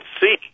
see